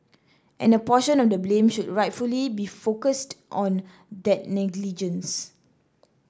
and a portion of the blame should rightly be focused on that negligence